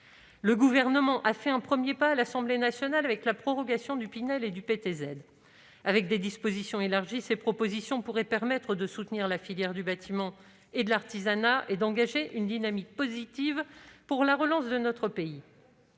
Le Gouvernement a fait un premier pas à l'Assemblée nationale, avec la prorogation du dispositif Pinel et du prêt à taux zéro (PTZ). Avec des dispositions élargies, ces propositions pourraient permettre de soutenir la filière du bâtiment et de l'artisanat, et ainsi d'engager une dynamique positive pour la relance de notre pays.